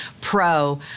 pro